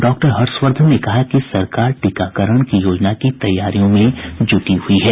doctor Harshvardhan ने कहा कि सरकार टीकाकरण की योजना की तैयारियों में जुटी हुई है